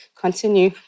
continue